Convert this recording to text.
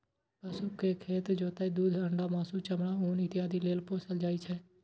पशु कें खेत जोतय, दूध, अंडा, मासु, चमड़ा, ऊन इत्यादि लेल पोसल जाइ छै